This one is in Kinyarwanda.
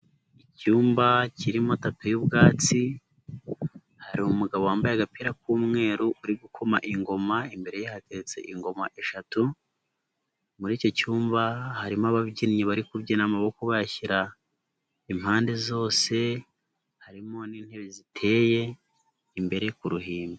Icyumba kirimo tapi y'ubwatsi, hari umugabo wambaye agapira k'umweru, uri gukoma ingoma, imbere ye hatetse ingoma eshatu, muri iki cyumba, harimo ababyinnyi bari kubyina amaboko bayashyira, impande zose, harimo n'intebe ziteye, imbere ku ruhimbi.